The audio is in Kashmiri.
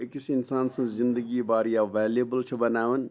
أکِس اِنسان سٕنٛز زِندٕگی واریاہ ویلیبٕل چھِ بَناوان